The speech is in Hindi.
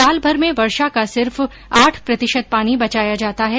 साल भर में वर्षा का सिर्फ आठ प्रतिशत पानी बचाया जाता है